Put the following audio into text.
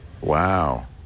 Wow